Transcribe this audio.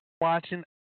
watching